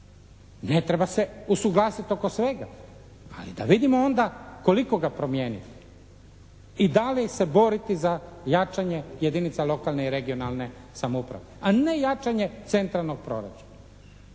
Ne treba se usuglasiti oko svega, ali da vidimo onda koliko ga promijeniti? I da li se boriti za jačanje jedinica lokalne i regionalne samouprave? A ne jačanje centralnog proračuna.